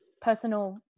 personal